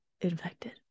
infected